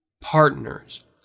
partners